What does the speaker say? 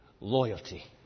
Loyalty